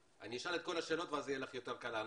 אני אשאל את כל השאלות ואז יהיה לך יותר קל לענות.